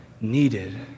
needed